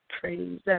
praise